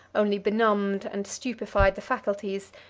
only benumbed and stupefied the faculties,